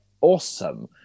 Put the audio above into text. awesome